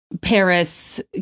Paris